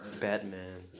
Batman